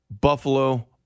Buffalo